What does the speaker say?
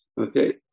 Okay